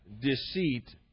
deceit